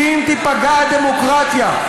כי אם תיפגע הדמוקרטיה,